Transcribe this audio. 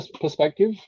perspective